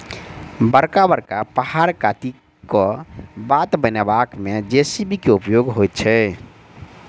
बड़का बड़का पहाड़ काटि क बाट बनयबा मे जे.सी.बी के उपयोग होइत छै